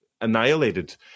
annihilated